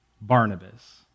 Barnabas